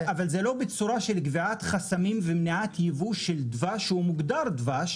לא בצורה של קביעת חסמים ומניעת ייבוא של דבש שמוגדר דבש,